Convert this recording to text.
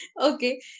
Okay